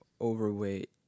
overweight